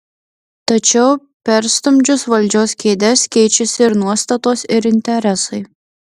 tačiau perstumdžius valdžios kėdes keičiasi ir nuostatos ir interesai